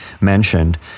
mentioned